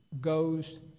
goes